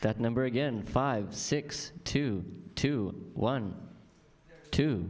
that number again five six two two one two